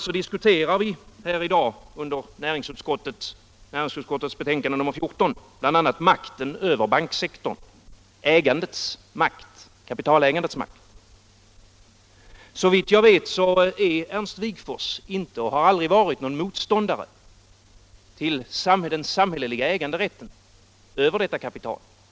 Vi diskuterar i dag i anslutning till näringsutskottets betänkande nr 14 bl.a. makten över banksektorn, kapitalägandets makt, och såvitt jag vet är Ernst Wigforss inte och har aldrig varit någon motståndare till den samhälleliga äganderätten över detta kapital.